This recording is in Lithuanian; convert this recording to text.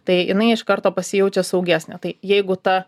tai jinai iš karto pasijaučia saugesnė tai jeigu ta